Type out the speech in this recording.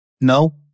No